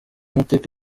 mateka